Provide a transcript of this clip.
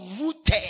rooted